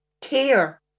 Care